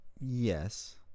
Yes